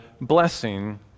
blessing